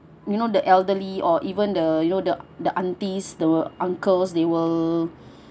you know the elderly or even the you know the the aunties the uncles they will